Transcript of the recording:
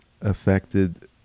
affected